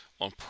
on